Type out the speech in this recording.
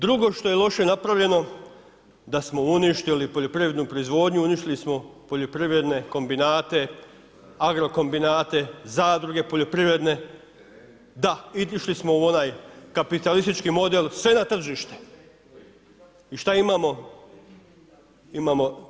Drugo što je loše napravljeno, da smo uništili poljoprivrednu proizvodnju, uništili smo poljoprivredne kombinate, agro kombinate, zadruge poljoprivrede, da, išli smo u onaj kapitalistički model, sve na tržište i šta imamo?